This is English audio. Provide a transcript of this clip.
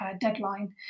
deadline